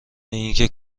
اینکه